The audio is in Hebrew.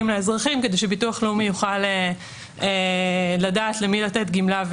לאזרחים כדי שביטוח לאומי יוכל לדעת למי לתת גמלה,